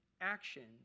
actions